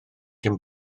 cyn